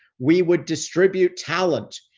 we would distribute talent.